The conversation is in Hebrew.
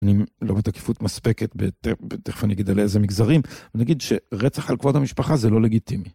אני לא בתקיפות מספקת, תכף אני אגיד על איזה מגזרים. אני אגיד שרצח על כבוד המשפחה זה לא לגיטימי.